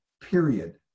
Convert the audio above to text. period